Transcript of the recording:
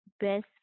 best